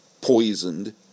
poisoned